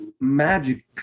magic